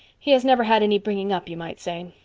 he has never had any bringing up you might say.